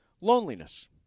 loneliness